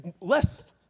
less